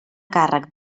càrrec